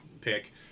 pick